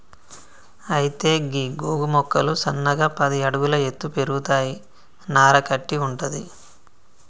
అయితే గీ గోగు మొక్కలు సన్నగా పది అడుగుల ఎత్తు పెరుగుతాయి నార కట్టి వుంటది